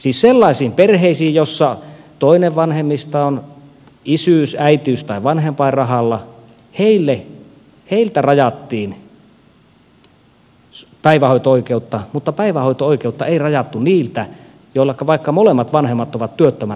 siis sellaisilta perheiltä joissa toinen vanhemmista on isyys äitiys tai vanhempainrahalla rajattiin päivähoito oikeutta mutta päivähoito oikeutta ei rajattu niiltä joissa vaikka molemmat vanhemmat ovat työttömänä kotona